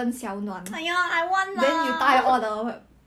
你没有染那种很明显的 colour